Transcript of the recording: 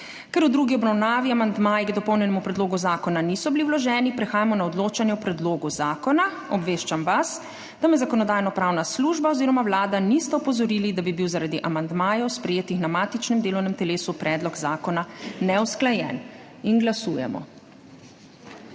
Ker v drugi obravnavi amandmaji k dopolnjenemu predlogu zakona niso bili vloženi, prehajamo na odločanje o predlogu zakona. Obveščam vas, da me Zakonodajno-pravna služba oziroma Vlada nista opozorili, da bi bil zaradi amandmajev, sprejetih na matičnem delovnem telesu, predlog zakona neusklajen. Glasujemo.